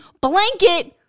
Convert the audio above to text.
blanket